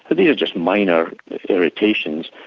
these are just minor irritations.